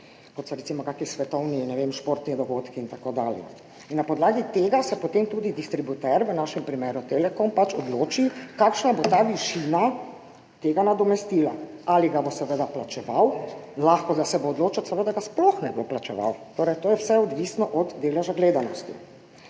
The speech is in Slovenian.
so recimo kakšni svetovni športni dogodki in tako dalje. Na podlagi tega se potem tudi distributer, v našem primeru Telekom, pač odloči, kakšna bo ta višina tega nadomestila, ali ga bo seveda plačeval, lahko da se bo odločil celo, da ga sploh ne bo plačeval. Torej, to je vse odvisno od deleža gledanosti.